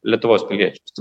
lietuvos piliečius